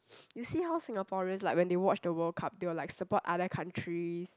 you see how Singaporeans like when they watch the World-Cup they will like support other countries